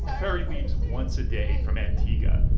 ferry leaves once a day from antigua.